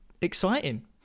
exciting